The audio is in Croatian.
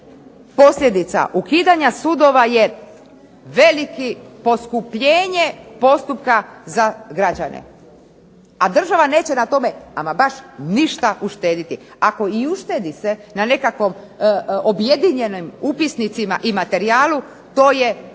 posljedica ukidanja sudova je veliko poskupljenje postupka za građane. A država neće na tome ama baš ništa uštedjeti. Ako i uštedi se na nekakvoj objedinjenim upisnicima i materijalu to je benigno